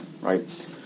right